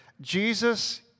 Jesus